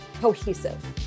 cohesive